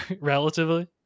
relatively